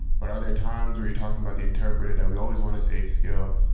but are there times where you're talking about the interpreter that we always want to say it's skill,